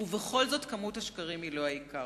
ובכל זאת כמות השקרים היא לא העיקר.